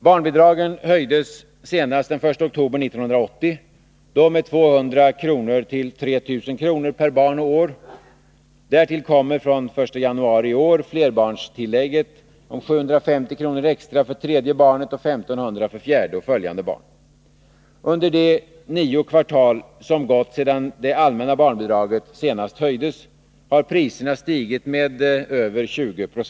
Barnbidragen höjdes senast den 1 oktober 1980, då med 200 kr. till 3 000 kr. per barn och år. Därtill kommer från den 1 januari i år flerbarnstillägget om 750 kr. extra för tredje barnet och 1 500 för fjärde och följande barn. Under de nio kvartal som gått sedan det allmänna barnbidraget senast höjdes, har priserna stigit med över 20 Zo.